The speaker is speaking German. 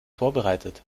vorbereitet